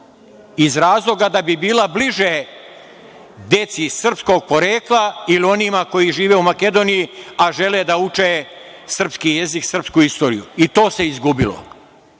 iz razloga da bi bila bliže deci srpskog porekla, ili onima koji žive u Makedoniji, a žele da uče srpski jezik, srpsku istoriju, i to se izgubilo.